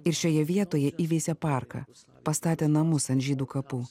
ir šioje vietoje įveisė parką pastatė namus ant žydų kapų